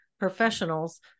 professionals